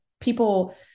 people